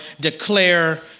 declare